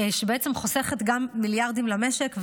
ובעצם חוסכת גם מיליארדים למשק,